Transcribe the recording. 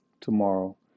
tomorrow